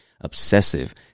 obsessive